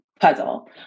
puzzle